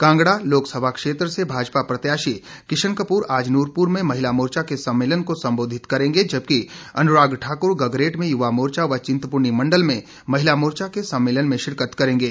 कांगड़ा लोकसभा क्षेत्र से भाजपा प्रत्याशी किशन कपूर आज नुरपूर में महिला मोर्चा के सम्मेलन को संबोधित करेंगे जबकि अनुराग ठाकुर गगरेट में युवा मोर्चा व चिंतपूर्णी मंडल में महिला मोर्चा के सम्मेलन में शिरकत करेंगे